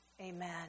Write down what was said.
Amen